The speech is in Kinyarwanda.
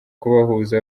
kubahuza